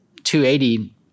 280